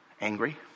angry